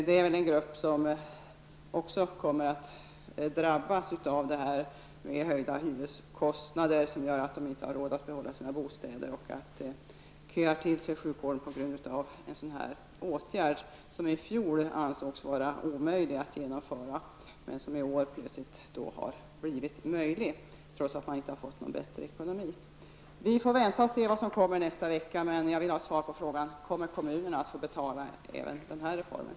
Det är en grupp som också kommer att drabbas av höjda hyreskostnader, vilket gör att de inte har råd att behålla sina bostäder och att det uppstår köer i sjukvården. En sådan åtgärd ansågs i fjol vara omöjlig att genomföra men har i år plötsligt blivit möjlig att genomföra, trots att de människorna inte fått någon bättre ekonomi. Vi får vänta och se vad som kommer nästa vecka, men jag vill ha svar på frågan: Kommer kommunerna att få betala även den här reformen?